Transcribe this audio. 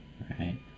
Right